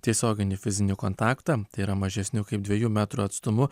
tiesioginį fizinį kontaktą tai yra mažesniu kaip dviejų metrų atstumu